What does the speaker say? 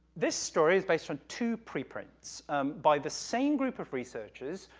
this story is based on two pre-prints by the same group of researchers,